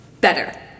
better